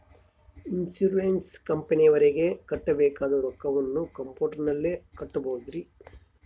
Insurance ಕಂಪನಿಯವರಿಗೆ ಕಟ್ಟಬೇಕಾದ ರೊಕ್ಕವನ್ನು ಕಂಪ್ಯೂಟರನಲ್ಲಿ ಕಟ್ಟಬಹುದ್ರಿ?